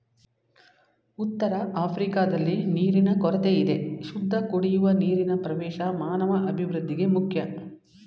ಉತ್ತರಆಫ್ರಿಕಾದಲ್ಲಿ ನೀರಿನ ಕೊರತೆಯಿದೆ ಶುದ್ಧಕುಡಿಯುವ ನೀರಿನಪ್ರವೇಶ ಮಾನವಅಭಿವೃದ್ಧಿಗೆ ಮುಖ್ಯ